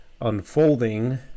unfolding